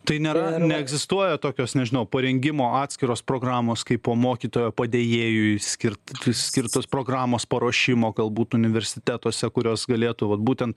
tai nėra neegzistuoja tokios nežinau parengimo atskiros programos kaipo mokytojo padėjėjui skirt skirtos programos paruošimo galbūt universitetuose kurios galėtų vat būtent